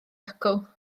acw